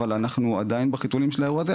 אבל אנחנו עדיין בחיתולים של האירוע הזה,